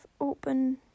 open